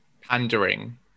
pandering